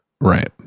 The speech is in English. Right